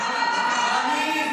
אופיר,